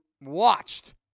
watched